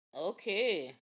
Okay